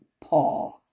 Paul